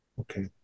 Okay